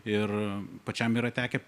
ir pačiam yra tekę